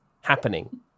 happening